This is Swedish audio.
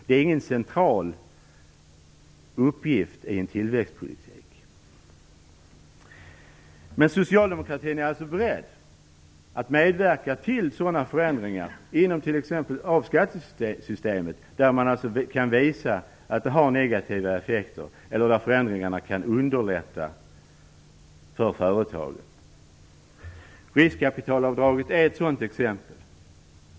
Det är ingen central uppgift i en tillväxtpolitik. Men socialdemokratin är alltså beredd att medverka till sådana förändringar av t.ex. skattesystemet, där man kan visa att det har negativa effekter eller där förändringarna kan underlätta för företagen. Riskkapitalavdraget är ett sådant exempel.